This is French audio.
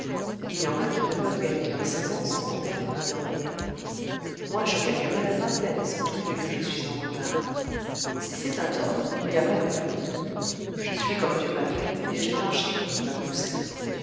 il y en a qui ne peuvent gagner leurs seize ans sans en perdre le dormir moi je gagnerai la vingtaine sans trouver que je suis en retard si c'est un tort il n'y a pas de ma faute je suis comme dieu m'a faite et j'ai marché comme il m'a poussée